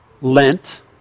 Lent